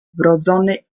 wrodzony